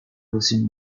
receive